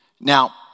Now